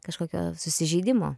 kažkokio susižeidimo